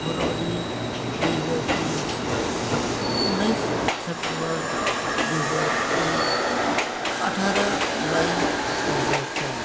February दुई हजार बिस उन्नाइस सेप्टेम्बर दुई हजार एक अठार जुलाई दुई हजार सात